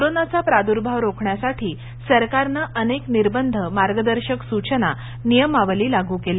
कोरोनाचा प्रादुर्भाव रोखण्यासाठी सरकारनं अनेक निर्बंध मार्गदर्शक सूचना नियमावली लागू केल्या